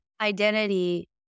identity